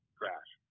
crash